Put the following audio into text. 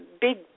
Big